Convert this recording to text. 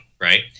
right